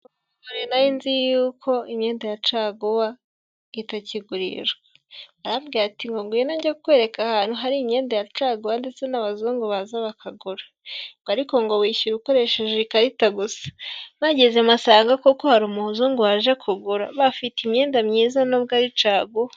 Nari nzi yuko imyenda ya caguwa itakigurishwa, arambwira ati ngo ngwino nge kukwereka ahantu hari imyenda ya caguwa ndetse n'abazungu baza bakagura, ariko ngo wishyura ukoresheje ikarita gusa, mpageze nsasaga koko hari umuzungu waje kugura bafite imyenda myiza n'ubwo ari caguwa.